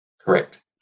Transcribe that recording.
Correct